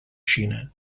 xina